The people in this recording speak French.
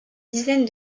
dizaine